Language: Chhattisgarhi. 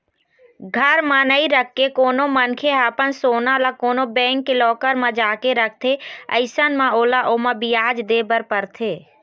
घर म नइ रखके कोनो मनखे ह अपन सोना ल कोनो बेंक के लॉकर म जाके रखथे अइसन म ओला ओमा बियाज दे बर परथे